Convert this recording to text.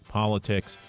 politics